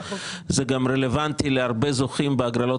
זה גם רלוונטי להרבה זוכים בהגרלות